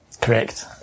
Correct